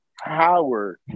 Howard